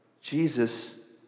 Jesus